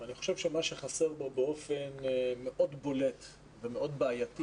אני חושב שמה שחסר באופן בולט ובעייתי,